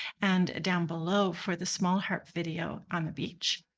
and down below for the small harp video on the beach.